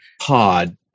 pod